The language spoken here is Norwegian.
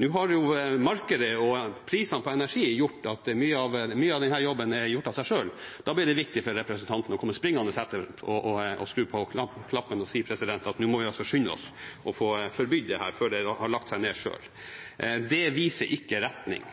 Nå har jo markedet og prisene på energi ført til at mye av denne jobben er gjort av seg selv. Da ble det viktig for representanten å komme springende etter, trykke på knappen og si at nå må vi skynde oss, president, å få forbydd dette før det har lagt seg ned selv. Det viser ikke retning.